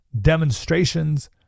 demonstrations